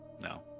No